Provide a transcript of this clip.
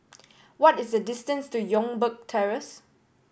what is the distance to Youngberg Terrace